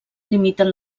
limiten